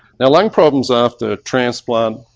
now lung problems after transplant,